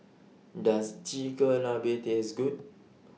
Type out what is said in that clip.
Does Chigenabe Taste Good